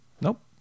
Nope